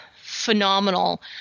phenomenal